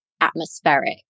atmospheric